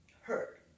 hurt